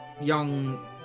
young